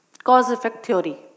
Cause-effect-theory